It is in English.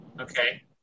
Okay